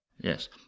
Yes